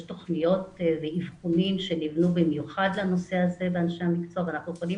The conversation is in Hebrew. תכניות ואבחונים שנבנו במיוחד לנושא הזה ואנחנו יכולים